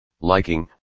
liking